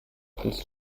kannst